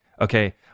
Okay